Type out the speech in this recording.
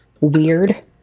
weird